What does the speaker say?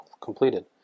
completed